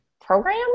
Program